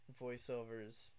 voiceovers